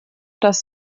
dass